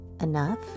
enough